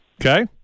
Okay